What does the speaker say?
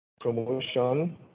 promotion